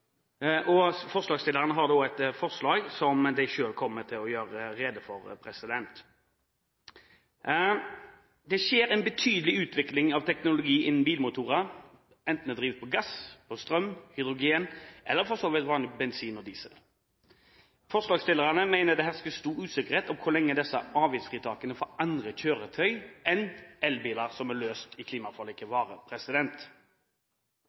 Forslagsstillerne har et forslag som de selv kommer til å gjøre rede for. Det skjer en betydelig utvikling av teknologi innen bilmotorer, enten de drives på gass, strøm, hydrogen, eller for så vidt på vanlig bensin og diesel. Forslagsstillerne mener det hersker stor usikkerhet om hvor lenge disse avgiftsfritakene for andre kjøretøy enn elbiler – som er løst i